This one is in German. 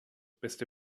beste